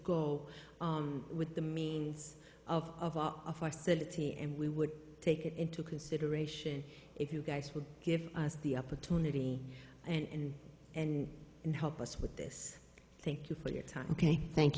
go with the means of of our of our city and we would take it into consideration if you guys would give us the opportunity and and and help us with this thank you for your time